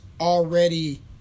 already